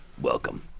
welcome